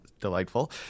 delightful